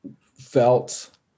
felt